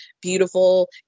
beautiful